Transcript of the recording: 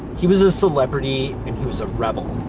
he was a celebrity and he was a rebel.